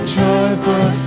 joyful